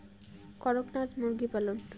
করকনাথ মুরগি পালন?